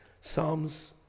Psalms